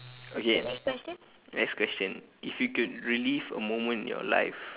okay question if you could relive a moment in your life